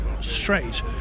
straight